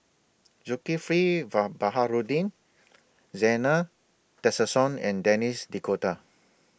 Zulkifli Baharudin Zena Tessensohn and Denis D'Cotta